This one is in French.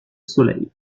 soleil